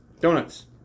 Donuts